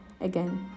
again